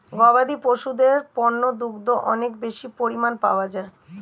গবাদি পশুদের পণ্য দুগ্ধ অনেক বেশি পরিমাণ পাওয়া যায়